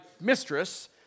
mistress